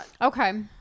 okay